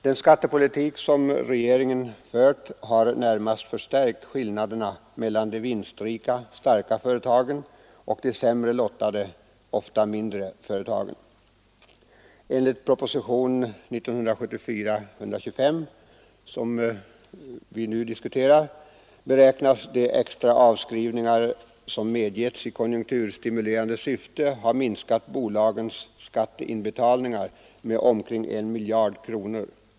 Den skattepolitik som regeringen fört har närmast förstärkt skillnaderna mellan de vinstrika, starka företagen och de sämre lottade, ofta mindre företagen. Enligt propositionen 1974:125, som vi nu diskuterar, beräknas de extra avskrivningar som medgetts i konjunkturstimulerande syfte ha minskat bolagens skatteinbetalningar med omkring 1 miljard kronor.